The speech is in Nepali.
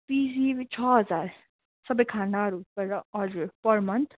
पिजी छ हजार सबै खानाहरू गरेर हजुर पर मन्थ